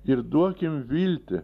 ir duokim viltį